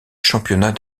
championnat